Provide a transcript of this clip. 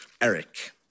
Eric